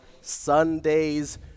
Sunday's